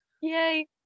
Yay